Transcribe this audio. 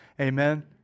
Amen